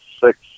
six